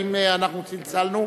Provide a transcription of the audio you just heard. האם אנחנו צלצלנו